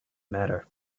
matter